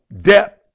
depth